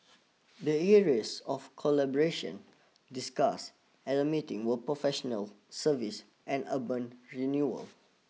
the areas of collaboration discussed at the meeting were professional services and urban renewal